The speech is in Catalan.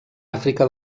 àfrica